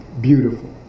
beautiful